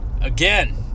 Again